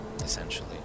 essentially